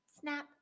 Snap